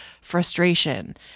frustration